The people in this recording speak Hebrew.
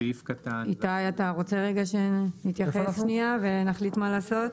איתי אתה רוצה רגע שנתייחס ונחליט מה לעשות?